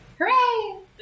Hooray